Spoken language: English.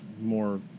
more